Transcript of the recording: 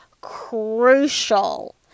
crucial